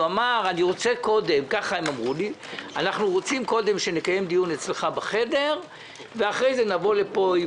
הם אמרו לי: אנחנו רוצים קודם שנקיים דיון אצלך בחדר ואחרי כן נבוא לפה.